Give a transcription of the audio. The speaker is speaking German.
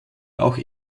auch